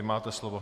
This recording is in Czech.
Máte slovo.